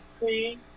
see